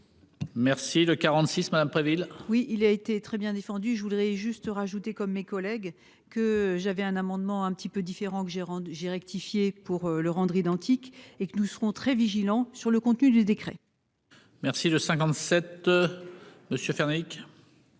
Merci de 46 Madame Préville. Oui il a été très bien défendu. Je voudrais juste rajouter comme mes collègues que j'avais un amendement un petit peu différent que ai j'ai rectifié pour le rendre identiques et que nous serons très vigilants sur le contenu du décret.-- Merci de 57. Monsieur.--